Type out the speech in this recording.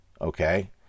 okay